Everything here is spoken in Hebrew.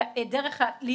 אלא דרך להתקשר